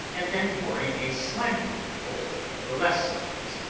and then boring a slanting hole, of a less size,